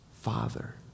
Father